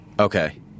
okay